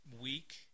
week